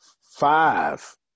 five